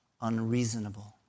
Unreasonable